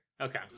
Okay